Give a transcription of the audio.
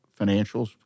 financials